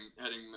heading